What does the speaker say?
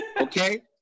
okay